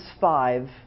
five